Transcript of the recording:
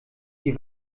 die